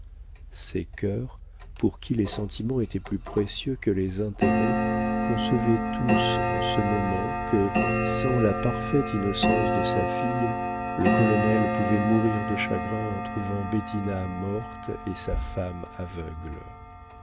ces cœurs pour qui les sentiments étaient plus précieux que les intérêts concevaient tous en ce moment que sans la parfaite innocence de sa fille le colonel pouvait mourir de chagrin en trouvant bettina morte et sa femme aveugle